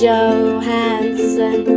Johansson